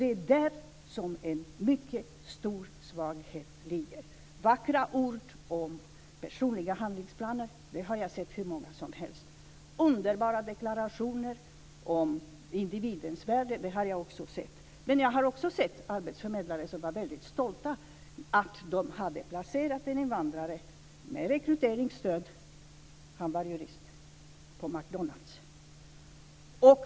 Det är där som en mycket stor svaghet ligger. Vackra ord om personliga handlingsplaner har jag sett hur många som helst. Underbara deklarationer om individens värde har jag också sett. Men jag har också sett arbetsförmedlare som var stolta över att de hade placerat en invandrare med rekryteringsstöd - han var jurist - på McDonalds.